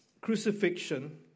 crucifixion